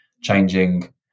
changing